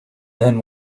then